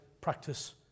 practice